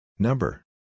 Number